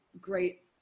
great